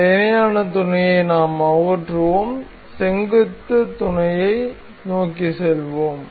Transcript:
இந்த இணையான துணையை நாம் அகற்றுவோம் செங்குத்துத் துணையை நோக்கி செல்வோம்